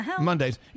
Mondays